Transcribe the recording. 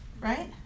right